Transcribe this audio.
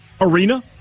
arena